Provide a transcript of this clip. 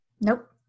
nope